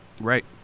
Right